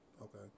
Okay